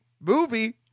movie